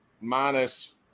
minus